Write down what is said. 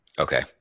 Okay